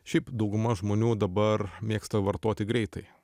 šiaip dauguma žmonių dabar mėgsta vartoti greitai